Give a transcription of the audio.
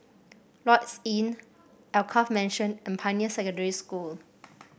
Lloyds Inn Alkaff Mansion and Pioneer Secondary School